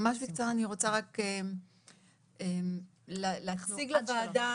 ממש בקצרה אני רוצה רק לצאת לוועדה